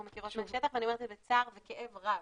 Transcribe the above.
מכירות מהשטח ואני אומרת את זה בצער וכאב רב.